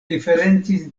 diferencis